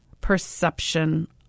perception